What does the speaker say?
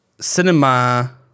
cinema